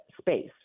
space